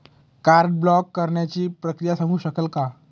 Card block करण्याची प्रक्रिया सांगू शकाल काय?